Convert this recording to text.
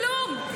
כלום.